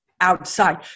outside